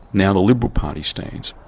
now the liberal party stands.